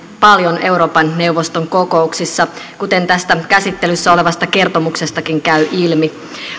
paljon euroopan neuvoston kokouksissa kuten tästä käsittelyssä olevasta kertomuksestakin käy ilmi